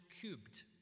cubed